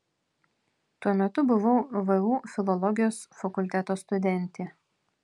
tuo metu buvau vu filologijos fakulteto studentė